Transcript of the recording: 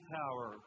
power